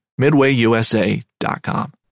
MidwayUSA.com